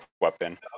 weapon